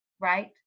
right